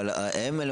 אבל הם אומרים לך,